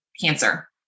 cancer